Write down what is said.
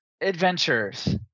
adventures